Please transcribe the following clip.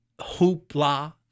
hoopla